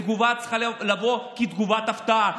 ותגובה צריכה לבוא כתגובת הפתעה,